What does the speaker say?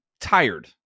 tired